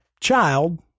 child